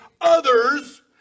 others